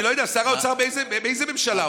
אני לא יודע, שר האוצר באיזו ממשלה הוא?